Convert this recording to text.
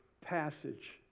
passage